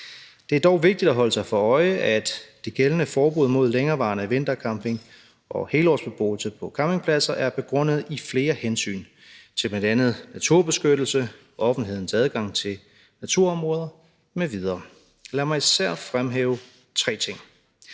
Det er dog vigtigt at holde sig for øje, at det gældende forbud mod længerevarende vintercamping og helårsbeboelse på campingpladser er begrundet i flere hensyn til bl.a. naturbeskyttelse, offentlighedens adgang til naturområder m.v. Lad mig især fremhæve tre ting.